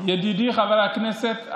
ידידי חבר הכנסת,